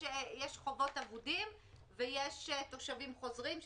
יש חובות אבודים ויש תושבים חוזרים,